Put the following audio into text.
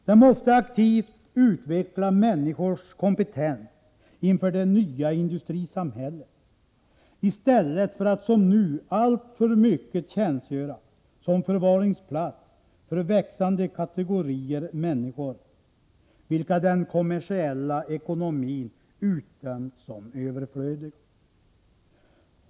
Den måste aktivt utveckla människors kompetens inför det nya industrisamhället i stället för att som nu alltför mycket tjänstgöra som förvaringsplats för växande kategorier människor, vilka den kommersiella ekonomin utdömt som överflödiga.